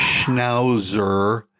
schnauzer